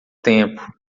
tempo